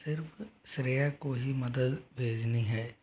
सिर्फ़ श्रेया को ही मदद भेजनी है